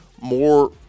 more